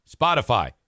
Spotify